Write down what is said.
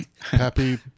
Happy